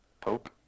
Pope